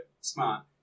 smart